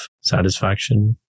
satisfaction